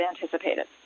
anticipated